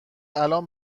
الان